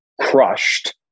crushed